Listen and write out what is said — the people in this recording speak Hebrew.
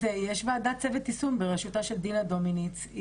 יש ועדת צוות יישום בראשותה של דינה דומיניץ,